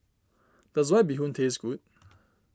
does White Bee Hoon taste good